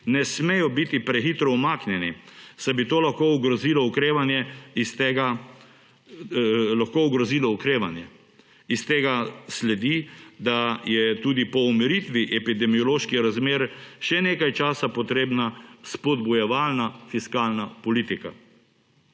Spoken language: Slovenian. ne smejo biti prehitro umaknjeni, saj bi to lahko ogrozilo okrevanje. Iz tega sledi, da je tudi po umiritvi epidemioloških razmer še nekaj časa potrebna spodbujevalna fiskalna politika.